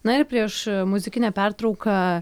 na ir prieš muzikinę pertrauką